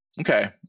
Okay